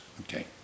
Okay